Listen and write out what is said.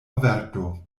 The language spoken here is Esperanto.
averto